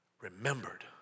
remembered